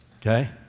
okay